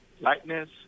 Lightness